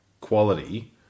Quality